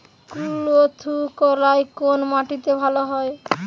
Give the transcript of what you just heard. কুলত্থ কলাই কোন মাটিতে ভালো হয়?